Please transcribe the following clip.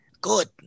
Good